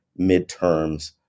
midterms